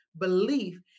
belief